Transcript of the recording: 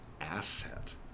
asset